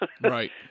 Right